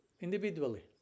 individually